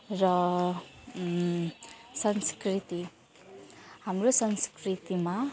र संस्कृति हाम्रो संस्कृतिमा